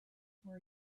where